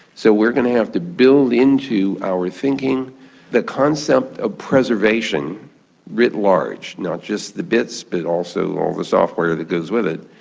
so we're going to have to build into our thinking the concept of preservation writ large, not just the bits but also all the software that goes with it.